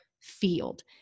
field